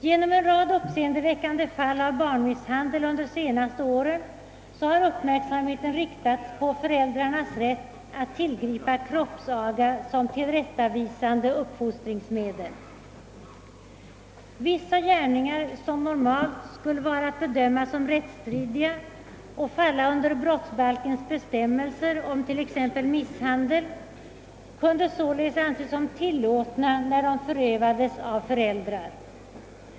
Genom en rad uppseendeväckande fall av barnmisshandel under de senaste åren har uppmärksamheten riktats på föräldrarnas rätt att tillgripa kroppsaga som tillrättavisande uppfostringsmedel. Vissa gärningar, som normalt skulle vara att bedöma som rättsstridiga och falla under brottsbalkens bestämmelser om t.ex. misshandel, kunde således anses som tillåtna när de förövades av föräldrar.